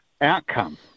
outcome